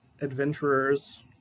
adventurers